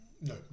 No